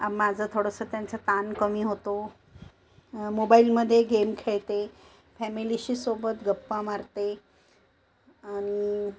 आ माझं थोडंसं त्यांचं ताण कमी होतो मोबाईलमध्ये गेम खेळते फॅमिलीशी सोबत गप्पा मारते आणि